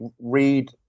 read